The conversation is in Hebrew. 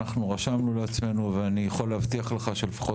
אנחנו רשמנו לעצמנו ואני יכול להבטיח לך שלפחות